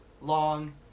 long